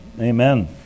Amen